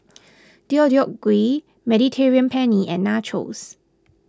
Deodeok Gui Mediterranean Penne and Nachos